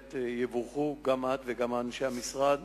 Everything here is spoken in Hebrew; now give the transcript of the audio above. ותבורכו גם את וגם אנשי המשרד,